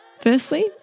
Firstly